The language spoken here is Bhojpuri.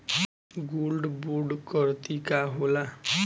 गोल्ड बोंड करतिं का होला?